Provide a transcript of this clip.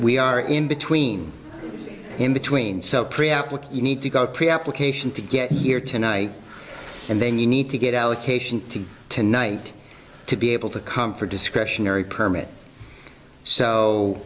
we are in between in between so pre op what you need to go pre application to get here tonight and then you need to get allocation to tonight to be able to come for discretionary permit